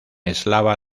eslava